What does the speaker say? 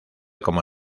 como